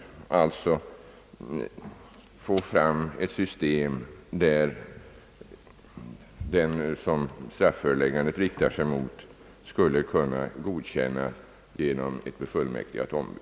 Man skulle alltså få fram ett system, där den som strafföreläggandet riktar sig mot skulle kunna godkänna genom ett befullmäktigat ombud.